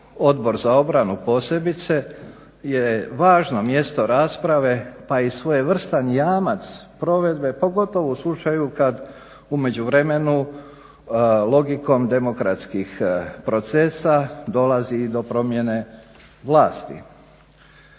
Odbor za obranu posebice je važno mjesto rasprave pa i svojevrstan jamac provedbe, pogotovo u slučaju kad u međuvremenu logikom demokratskih procesa dolazi i do promjene vlasti.